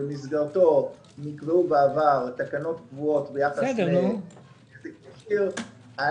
שבמסגרתו נקבעו בעבר תקנות קבועות ביחס לנזק ישיר,